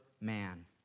man